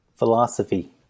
Philosophy